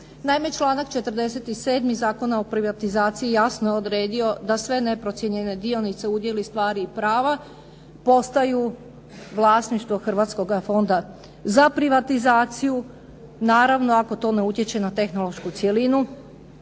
Naime, članak 47. Zakona o privatizaciji jasno je odredio da sve neprocijenjene dionice, udjeli stvari i prava postaju vlasništvo Hrvatskoga fonda za privatizaciju, naravno ako to ne utječe na tehnološku cjelinu